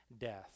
death